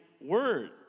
word